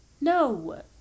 No